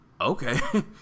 Okay